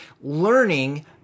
Learning